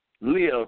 live